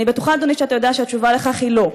אני בטוחה, אדוני, שאתה יודע שהתשובה לכך היא לא.